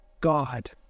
God